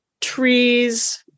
trees